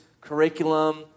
curriculum